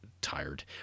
tired